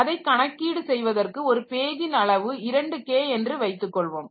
அதை கணக்கீடு செய்வதற்கு ஒரு பேஜின் அளவு 2k என்று வைத்துக்கொள்வோம்